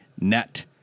net